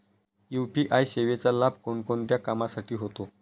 UPI सेवेचा लाभ कोणकोणत्या कामासाठी होतो?